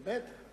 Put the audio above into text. באמת?